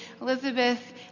Elizabeth